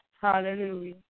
Hallelujah